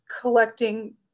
collecting